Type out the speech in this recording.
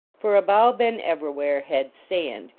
for abou ben evrawhair had sand,